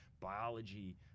biology